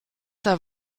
der